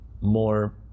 more